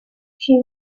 she